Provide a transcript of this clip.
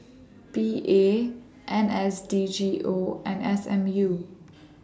P A N S D G O and S M U